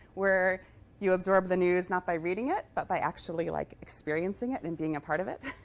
where you absorb the news not by reading it, but by actually like experiencing it and being a part of it.